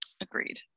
agreed